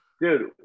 dude